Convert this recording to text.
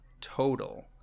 total